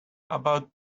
about